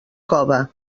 cove